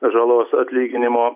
žalos atlyginimo